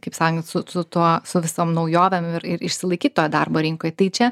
kaip sakant su su tuo su visom naujovėm ir ir išsilaikyt toj darbo rinkoj tai čia